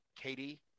Katie